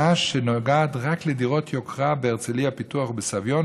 שנוגעת רק לדירות יוקרה בהרצליה פיתוח ובסביון,